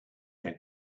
had